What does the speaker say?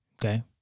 okay